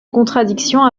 contradiction